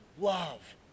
love